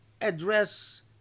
address